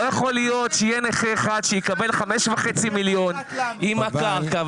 לא יכול להיות שיהיה נכה אחד שיקבל 5.5 מיליון עם קרקע,